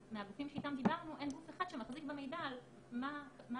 ומהגופים שאיתם דיברנו אין גוף אחד שמחזיק במידע על מה ההשתלשלות